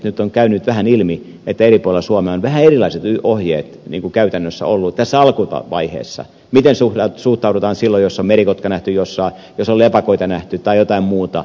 nyt on käynyt vähän ilmi että eri puolilla suomea on vähän erilaiset ohjeet käytännössä ollut tässä alkuvaiheessa siinä miten suhtaudutaan silloin jos on merikotka nähty jossain jos on lepakoita nähty tai jotain muuta